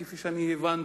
כפי שאני הבנתי,